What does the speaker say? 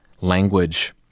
language